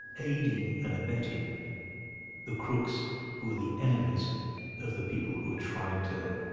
aiding and abetting the crooks who are the enemies of the people who are trying to,